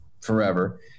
forever